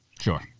Sure